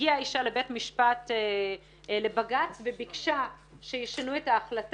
הגיעה אישה לבג"ץ וביקשה שישנו את ההחלטה,